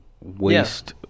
waste